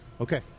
Okay